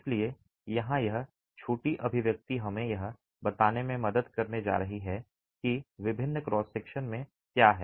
इसलिए यहां यह छोटी अभिव्यक्ति हमें यह बताने में मदद करने जा रही है कि विभिन्न क्रॉस सेक्शन में क्या है